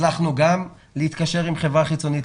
הצלחנו גם להתקשר עם חברה חיצונית,